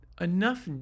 enough